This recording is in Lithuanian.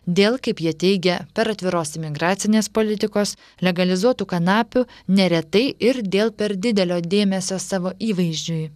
dėl kaip jie teigia per atviros imigracinės politikos legalizuotų kanapių neretai ir dėl per didelio dėmesio savo įvaizdžiui